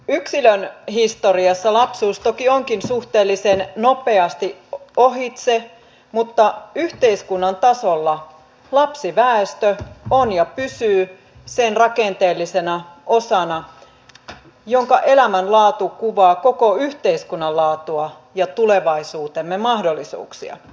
yksilön historiassa lapsuus toki onkin suhteellisen nopeasti ohitse mutta yhteiskunnan tasolla lapsiväestö on ja pysyy sen rakenteellisena osana jonka elämänlaatu kuvaa koko yhteiskunnan laatua ja tulevaisuutemme mahdollisuuksia